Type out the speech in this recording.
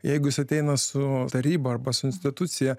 jeigu jis ateina su taryba arba su institucija